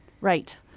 Right